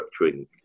structuring